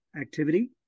activity